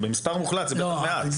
במספר מוחלט זה בטח מעט.